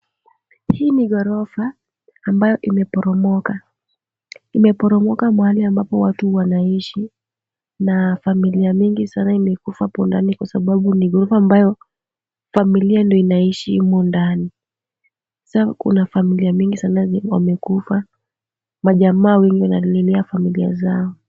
Hii ni ghorofa ambayo imeporomoka. Imeporomoka mahali ambapo watu wanaishi, na familia mingi sana imekufa apo ndani, kwa sababu ni ghorofa ambayo familia ndio inaishi humo ndani, sa kuna familia mingi sana zi wamekufa. Majamaa wengi wanalilia familia zao.